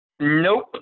Nope